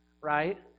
right